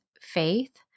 faith